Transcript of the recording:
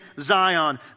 Zion